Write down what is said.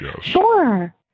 Sure